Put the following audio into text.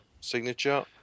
Signature